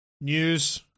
news